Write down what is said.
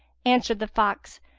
answered the fox,